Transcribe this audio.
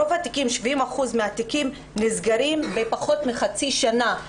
רוב התיקים, 70% מהתיקים נסגרים בפחות מחצי שנה.